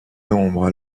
nombres